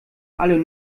alle